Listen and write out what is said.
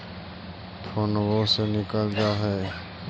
फोनवो से निकल जा है?